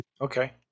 Okay